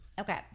Okay